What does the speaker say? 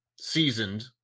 seasoned